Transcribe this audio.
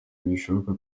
bishoboka